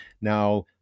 Now